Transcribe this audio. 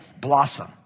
blossom